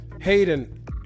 Hayden